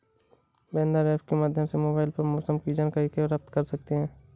weather app के माध्यम से मोबाइल पर मौसम की जानकारी प्राप्त कर सकते हैं